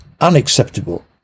unacceptable